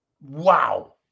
wow